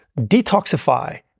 detoxify